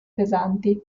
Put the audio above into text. pesanti